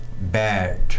bad